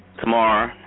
tomorrow